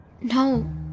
No